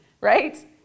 right